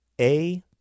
a-